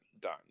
done